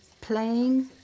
playing